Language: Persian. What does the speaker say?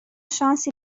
شانسی